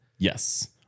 Yes